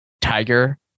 Tiger